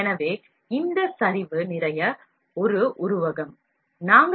எனவே இங்கே மொத்த வெகுஜன உருவாகும்